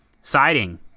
siding